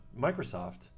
Microsoft